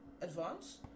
advance